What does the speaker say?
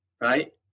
right